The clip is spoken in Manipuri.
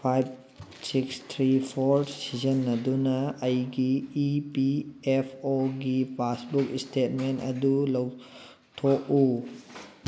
ꯐꯥꯏꯚ ꯁꯤꯛꯁ ꯊ꯭ꯔꯤ ꯐꯣꯔ ꯁꯤꯖꯟꯅꯗꯨꯅ ꯑꯩꯒꯤ ꯏ ꯄꯤ ꯑꯦꯐ ꯑꯣꯒꯤ ꯄꯥꯁꯕꯨꯛ ꯏꯁꯇꯦꯠꯃꯦꯟ ꯑꯗꯨ ꯂꯧꯊꯣꯛꯎ